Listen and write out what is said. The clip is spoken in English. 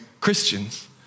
Christians